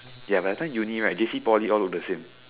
ya by the time uni right J_C Poly all look the same